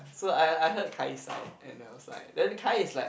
so I I heard Kai's side and I was like then Kai is like